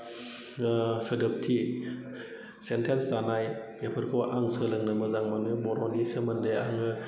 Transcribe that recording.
सोदोबथि sentence दानाय बेफोरखौ आं सोलोंनो मोजां मोनो बर'नि सोमोन्दै आङो